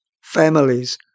families